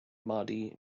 mardi